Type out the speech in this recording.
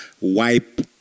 wipe